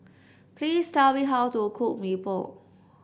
please tell me how to cook Mee Pok